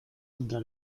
contra